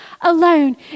alone